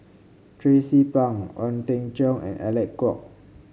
Tracie Pang Ong Teng Cheong and Alec Kuok